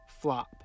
flop